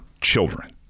children